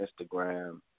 Instagram